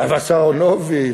והשר אהרונוביץ.